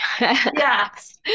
yes